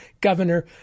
governor